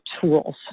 tools